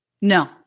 No